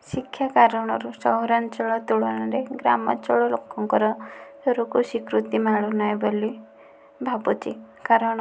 ଶିକ୍ଷା କାରଣରୁ ସହରାଞ୍ଚଳ ତୁଳନାରେ ଗ୍ରାମାଞ୍ଚଳ ଲୋକଙ୍କର ରୋଗ ସ୍ୱୀକୃତି ମିଳୁ ନାହିଁ ବୋଲି ଭାବୁଛି କାରଣ